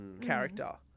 character